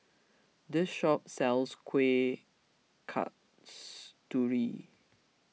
this shop sells Kueh Kasturi